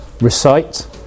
recite